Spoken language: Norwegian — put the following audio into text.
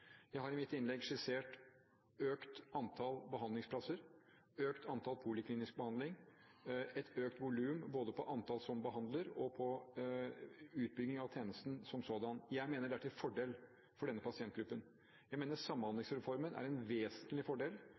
Jeg har i mitt innlegg skissert et økt antall behandlingsplasser, et økt antall polikliniske behandlinger, et økt volum, både på antall som behandler og på utbygging av tjenesten som sådan. Jeg mener det er til fordel for denne pasientgruppen. Jeg mener Samhandlingsreformen er en vesentlig fordel,